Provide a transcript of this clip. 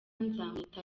nzamwita